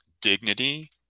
dignity